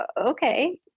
okay